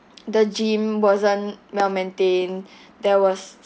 the gym wasn't well-maintained there was